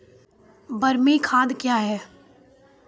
बरमी खाद कया हैं?